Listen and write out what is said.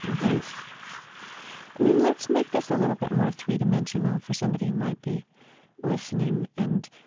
yes mean, let's make this a little bit more three-dimensional for somebody who might be listening and,